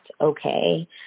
okay